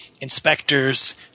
inspectors